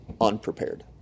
unprepared